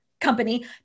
company